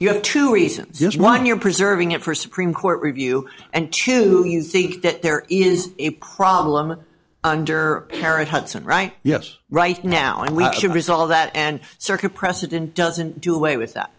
you have two reasons one you're preserving it for supreme court review and two you think that there is a problem under para hudson right yes right now and we should resolve that and circuit precedent doesn't do away with that